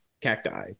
cacti